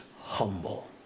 humble